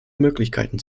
möglichkeiten